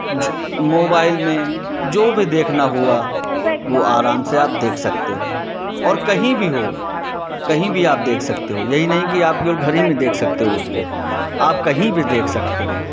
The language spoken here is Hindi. जो मोबाइल में जो भी देखना हुआ वह आराम से आप देख सकते हो और कहीं भी हो कही भी आप देख सकते हो यही नहीं कि आप केवल घर ही में देख सकते हो उसको आप कहीं भी देख सकते हो